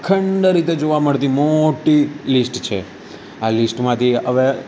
અખંડ રીતે જોવા મળતી મોટી લિસ્ટ છે આ લિસ્ટમાંથી હવે